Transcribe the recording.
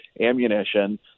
ammunition